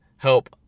help